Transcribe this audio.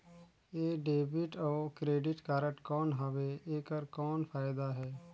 ये डेबिट अउ credit card कौन हवे एकर कौन फाइदा हे?